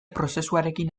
prozesuarekin